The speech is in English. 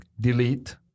delete